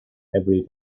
every